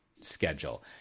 schedule